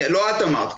לא את אמרת,